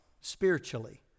spiritually